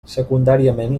secundàriament